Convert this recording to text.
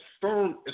firm